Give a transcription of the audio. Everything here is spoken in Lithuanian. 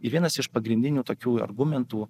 ir vienas iš pagrindinių tokių argumentų